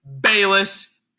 bayless